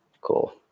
cool